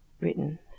written